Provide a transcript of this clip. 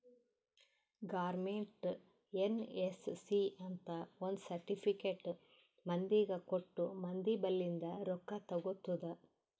government NSC ಅಂತ್ ಒಂದ್ certificate ಮಂದಿಗ ಕೊಟ್ಟು ಮಂದಿ ಬಲ್ಲಿಂದ್ ರೊಕ್ಕಾ ತಗೊತ್ತುದ್